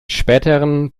späteren